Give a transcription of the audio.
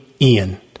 Ian